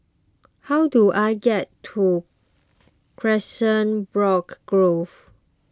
how do I get to Grove